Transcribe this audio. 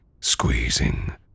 squeezing